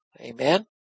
Amen